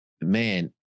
man